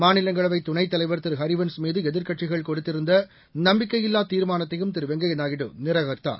மாநிலங்களவை துணைத்தலைவர் திரு ஹரிவன்ஸ் மீது எதிர்க்கட்சிகள் கொடுத்திருந்த நம்பிக்கையில்லா தீர்மானத்தையும் திரு வெங்கையா நாயுடு நிராகரித்தார்